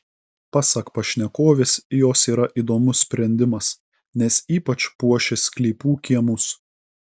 pasak pašnekovės jos yra įdomus sprendimas nes ypač puošia sklypų kiemus